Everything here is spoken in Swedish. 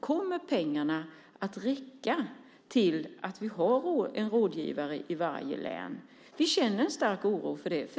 Kommer pengarna att räcka till en rådgivare i varje län? Vi känner en stark oro för det.